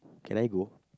can I go